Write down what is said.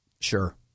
Sure